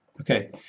Okay